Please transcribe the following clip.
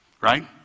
Right